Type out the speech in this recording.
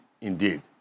indeed